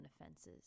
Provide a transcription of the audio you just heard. offenses